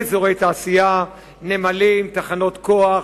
באזורי תעשייה, נמלים, תחנות כוח,